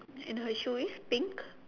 and her shoe is pink